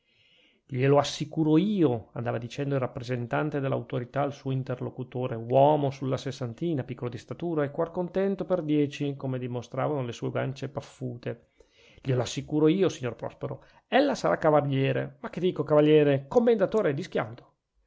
della sottoprefettura glielo assicuro io andava dicendo il rappresentante dell'autorità al suo interlocutore uomo sulla sessantina piccolo di statura e cuor contento per dieci come dimostravano le sue guance paffute glielo assicuro io signor prospero ella sarà cavaliere ma che dico cavaliere commendatore